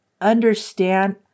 understand